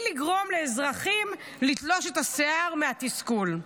לגרום לאזרחים לתלוש את השיער מהתסכול.